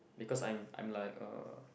because I'm I'm like err